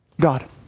God